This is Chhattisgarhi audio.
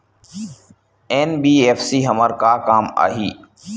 एन.बी.एफ.सी हमर का काम आही?